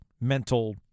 mental